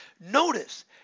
notice